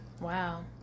Wow